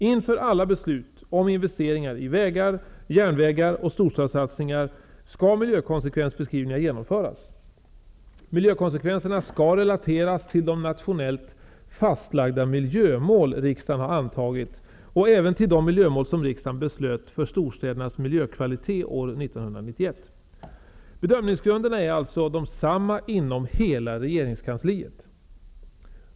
Inför alla beslut om investeringar i vägar, järnvägar och storstadssatsningar skall miljökonsekvensbeskrivningar genomföras. Miljökonsekvenserna skall relateras till de nationellt fastlagda miljömål som riksdagen har antagit och även till de miljömål som riksdagen beslöt för storstädernas miljökvalitet år 1991. Bedömningsgrunderna är alltså desamma inom hela regeringskansliet.